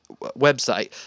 website